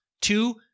Two